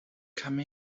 come